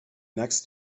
next